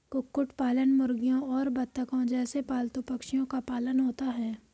कुक्कुट पालन मुर्गियों और बत्तखों जैसे पालतू पक्षियों का पालन होता है